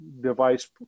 device